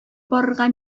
барырга